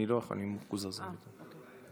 אתה בעד, אז בעד,